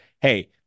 hey